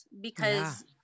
because-